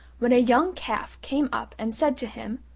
when a young calf came up and said to him,